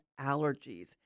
allergies